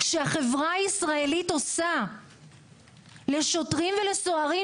שהחברה הישראלית עושה לשוטרים ולסוהרים,